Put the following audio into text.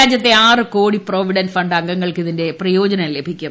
രാജ്യത്തെ ആറ് കോടി പ്രോവിഡന്റ് ഫണ്ട് അംഗങ്ങൾക്ക് ഇതിന്റെ പ്രയോജനം ലഭിക്കും